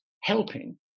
helping